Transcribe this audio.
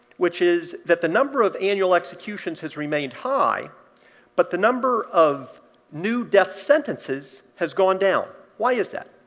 which is that the number of annual executions has remained high but the number of new death sentences has gone down. why is that?